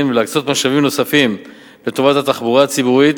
ולהקצות משאבים נוספים לטובת התחבורה הציבורית.